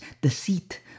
deceit